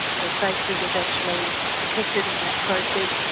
her safety was actually protected in that process,